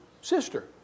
sister